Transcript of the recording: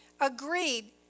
agreed